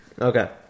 Okay